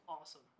awesome